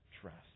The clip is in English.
trust